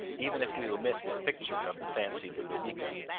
even if we omit his picture of the fancied ludovica.